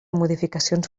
modificacions